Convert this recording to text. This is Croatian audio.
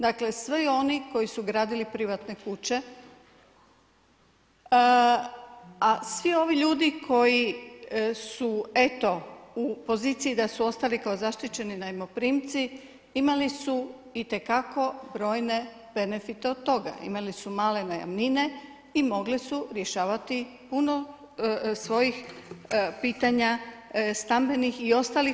Dakle, svi oni koji su gradili privatne kuće, a svi ovi ljudi koji su eto u poziciji da su ostali kao zaštićeni najmoprimci imali su i te kako brojne benefite od toga, imali su male najamnine i mogli su rješavati puno svojih pitanja stambenih i ostalih.